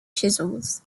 chisels